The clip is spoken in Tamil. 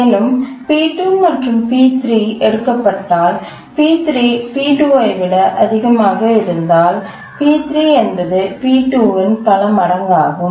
மேலும் P2 மற்றும் p3 எடுக்கப்பட்டால் p3 p2 ஐ விட அதிகமாக இருந்தால் p3 என்பது p2 இன் பல மடங்கு ஆகும்